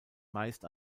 meist